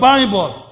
Bible